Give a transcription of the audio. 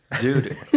dude